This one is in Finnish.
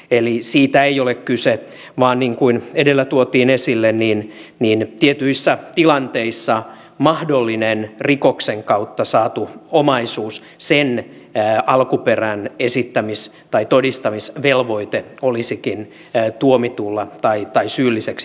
eli siitä ei ole kyse vaan niin kuin edellä tuotiin esille tietyissä tilanteissa mahdollisen rikoksen kautta saadun omaisuuden alkuperän esittämis tai todistamisvelvoite olisikin tuomitulla tai syylliseksi todetulla